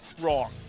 wrong